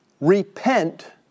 Repent